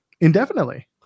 indefinitely